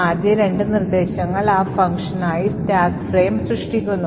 ആദ്യ രണ്ട് നിർദ്ദേശങ്ങൾ ആ ഫംഗ്ഷനായി സ്റ്റാക്ക് ഫ്രെയിം സൃഷ്ടിക്കുന്നു